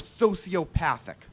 sociopathic